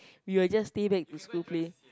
we will just stay back to school play